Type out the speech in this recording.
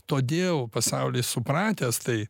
todėl pasaulis supratęs tai